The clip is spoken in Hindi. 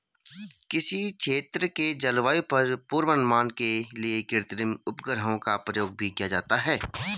किसी क्षेत्र के जलवायु पूर्वानुमान के लिए कृत्रिम उपग्रहों का प्रयोग भी किया जाता है